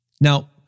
Now